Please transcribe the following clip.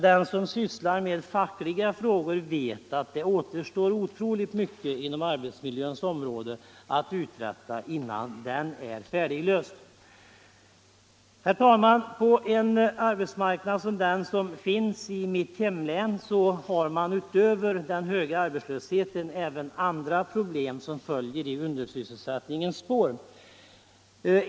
Den som sysslar med fackliga frågor vet att det återstår otroligt mycket att uträtta inom arbetsmiljöns område innan den frågan är färdiglöst. Herr talman! På en arbetsmarknad som den som råder i miut hemlän har man utöver den höga arbetslösheten även andra problem som följer i undersysselsättningens spår.